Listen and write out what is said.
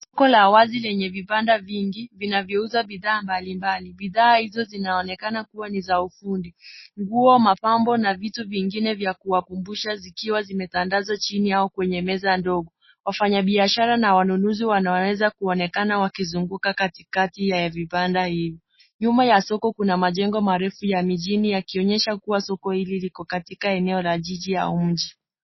Soko kuu la wazi lenye vibanda vingi, vinavyouza bidhaa mbalimbali bidhaa hizo zinaonekana kuwa ni za ufundi. Nguo, mapambo na vitu vingine vya kuwakumbusha zikiwa zimetangazwa chini au kwenye meza ndogo. Wafanyabiashara na wanunuzi wanaoweza kuonekana wakizunguka katikati ya vibanda hivi. Nyuma ya soko kuna majengo marefu ya mijini yakionyesha kuwa soko hili liko katika eneo la jiji la mji.